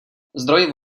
zdroj